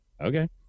Okay